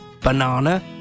banana